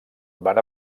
van